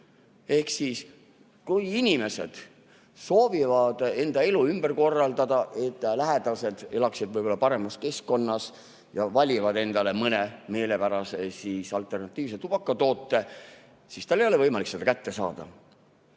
Ehk kui inimesed soovivad enda elu ümber korraldada, et lähedased elaksid paremas keskkonnas, ja valivad endale mõne meelepärase alternatiivse tubakatoote, siis ei ole võimalik seda kätte saada.